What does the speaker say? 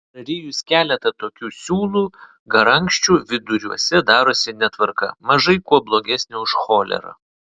prarijus keletą tokių siūlų garankščių viduriuose darosi netvarka mažai kuo blogesnė už cholerą